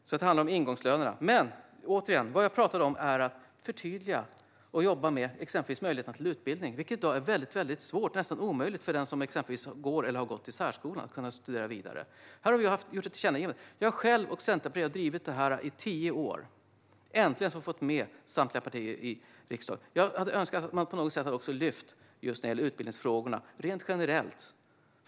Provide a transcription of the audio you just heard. Det handlar alltså om ingångslönerna. Jag talade om att förtydliga och att jobba med exempelvis möjligheterna till utbildning. I dag är det nästan omöjligt för den som går eller har gått i särskola att studera vidare. Här har vi gjort ett tillkännagivande. Jag själv och Centerpartiet har drivit detta i tio år. Äntligen har vi fått med samtliga partier i riksdagen. Jag önskar att man också hade lyft upp utbildningsfrågorna rent generellt.